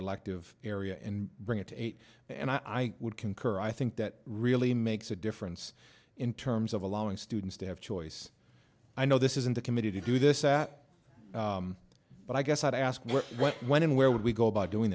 elective area and bring it to eight and i would concur i think that really makes a difference in terms of allowing students to have choice i know this isn't the committee to do this that but i guess i'd ask what when and where would we go about doing